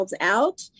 out